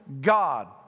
God